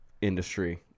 industry